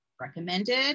recommended